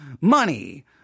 money